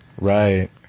Right